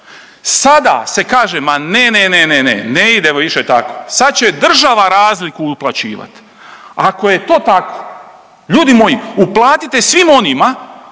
Sada se kaže ma ne, ne, ne, ne, ne idemo više tako, sad će država razliku uplaćivati. Ako je to tako ljudi moji uplatite svim onima